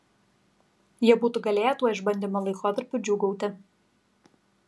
jie būtų galėję tuo išbandymo laikotarpiu džiūgauti